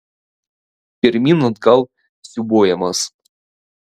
pirmyn atgal siūbuojamas